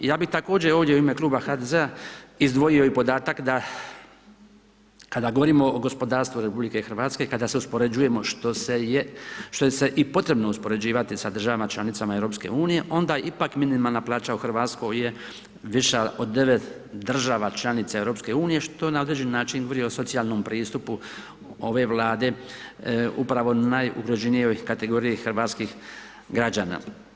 Ja bi također ovdje u ime Kluba HDZ-a izdvojio i podatak, da kada govorimo o gospodarstvu RH, kada se uspoređujemo što je sve potrebno uspoređivati sa država članica EU, onda ipak minimalna plaća u Hrvatskoj je viša od 9 država članica EU, što na određeni način govori o socijalnom pristupu ove vlade upravo o najugroženijoj kategoriji hrvatskih građana.